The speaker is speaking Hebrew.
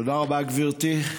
תודה רבה, גברתי.